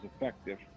effective